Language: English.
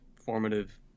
formative